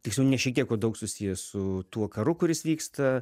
tiksliau ne šiek tiek o daug susijęs su tuo karu kuris vyksta